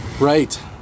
Right